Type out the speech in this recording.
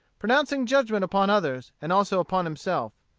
pronouncing judgment upon others, and also upon himself.